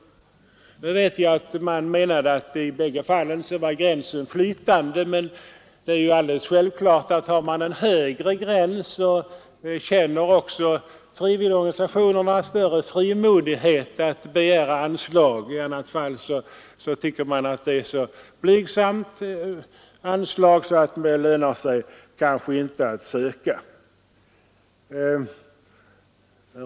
Man menade i bägge fallen att gränsen var flytande dvs. kunde överskridas, men det är alldeles självklart att har man en högre gräns så känner också frivilligorganisationerna större frimodighet att begära anslag. I annat fall anser man lätt möjligheterna så blygsamma att det inte lönar sig att ansöka.